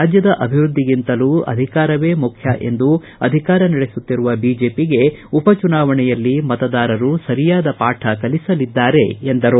ರಾಜ್ಯದ ಅಭಿವೃದ್ಧಿಗಿಂತಲೂ ಅಧಿಕಾರವೇ ಮುಖ್ಯ ಎಂದು ಅಧಿಕಾರ ನಡೆಸುತ್ತಿರುವ ಬಿಜೆಪಿಗೆ ಉಪ ಚುನಾವಣೆಯಲ್ಲಿ ಮತದಾರರು ಸರಿಯಾದ ಪಾಠ ಕಲಿಸಲಿದ್ದಾರೆ ಎಂದರು